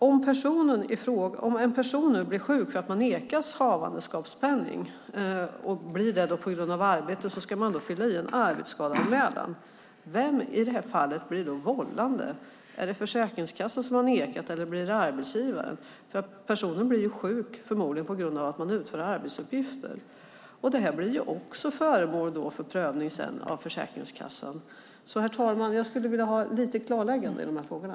Om en person blir sjuk på grund av arbetet för att hon nekas havandeskapspenning ska hon fylla i en arbetsskadeanmälan. Vem blir i det fallet vållande? Är det Försäkringskassan, som har nekat, eller är det arbetsgivaren? Personen blir ju förmodligen sjuk på grund av att hon utför arbetsuppgifter. Detta blir också föremål för prövning av Försäkringskassan. Herr talman! Jag skulle vilja ha några klarlägganden i de här frågorna.